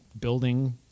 building